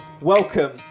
Welcome